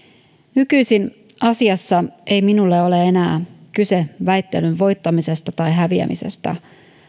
nykyisin asiassa ei minulle ole enää kyse väittelyn voittamisesta tai häviämisestä